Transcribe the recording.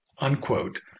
unquote